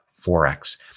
forex